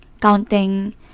counting